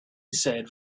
said